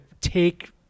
take